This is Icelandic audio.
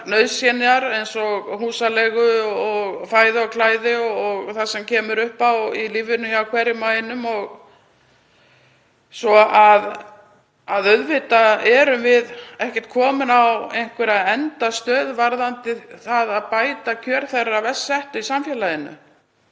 nauðsynjar eins og húsaleigu og fæði og klæði og það sem kemur upp á í lífinu hjá hverjum og einum, þannig að auðvitað erum við ekki komin á einhverja endastöð varðandi það að bæta kjör þeirra verst settu í samfélaginu.